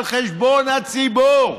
על חשבון הציבור.